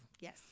yes